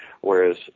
Whereas